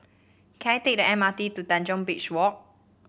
can I take the M R T to Tanjong Beach Walk